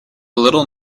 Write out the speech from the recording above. little